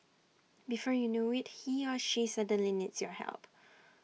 before you know IT he or she suddenly needs your help